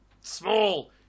Small